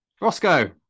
Roscoe